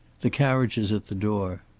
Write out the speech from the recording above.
the carriage is at the door.